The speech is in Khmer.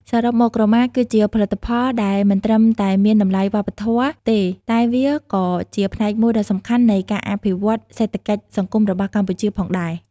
សរុបមក ក្រមាគឺជាផលិតផលដែលមិនត្រឹមតែមានតម្លៃវប្បធម៌ទេ តែវាក៏ជាផ្នែកមួយដ៏សំខាន់នៃការអភិវឌ្ឍសេដ្ឋកិច្ចសង្គមរបស់កម្ពុជាផងដែរ។